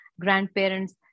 grandparents